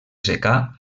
secà